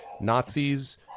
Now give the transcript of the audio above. Nazis